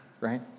right